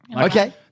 Okay